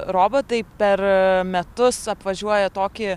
robotai per metus apvažiuoja tokį